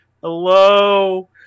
hello